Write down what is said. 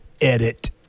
edit